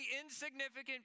insignificant